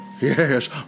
Yes